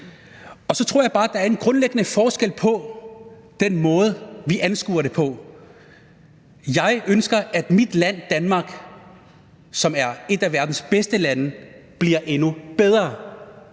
Og så tror jeg bare, at der er en grundlæggende forskel på den måde, vi anskuer det på. Jeg ønsker, at mit land, Danmark, som er et af verdens bedste lande, bliver endnu bedre.